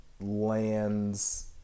lands